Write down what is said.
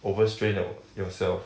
overstrain your yourself